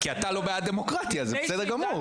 כי אתה לא בעד דמוקרטיה, זה בסדר גמור.